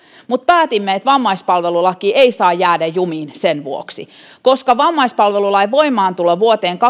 mutta päätimme että vammaispalvelulaki ei saa jäädä jumiin sen vuoksi koska vammaispalvelulain voimaantulo vuoteen kaksikymmentäyksi